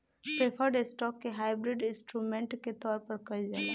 preferred stock के hybrid instrument के तौर पर कइल जाला